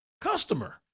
customer